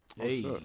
Hey